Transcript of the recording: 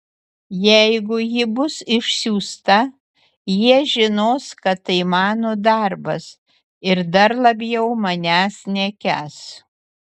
jeigu ji bus išsiųsta jie žinos kad tai mano darbas ir dar labiau manęs nekęs